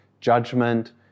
judgment